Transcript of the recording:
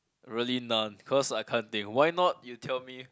really none cause I can't think why not you tell me